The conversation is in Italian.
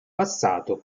passato